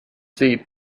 seat